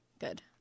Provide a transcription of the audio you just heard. Good